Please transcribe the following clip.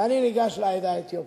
ואני ניגש לעדה האתיופית.